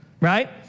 right